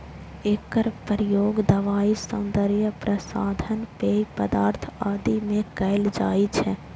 एकर प्रयोग दवाइ, सौंदर्य प्रसाधन, पेय पदार्थ आदि मे कैल जाइ छै